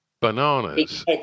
bananas